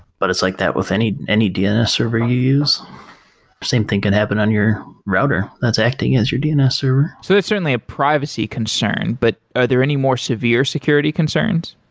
but it's like that with any any dns server you use. the same thing can happen on your router that's acting as your dns server so it's certainly a privacy concern, but are there any more severe security concerns?